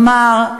כלומר,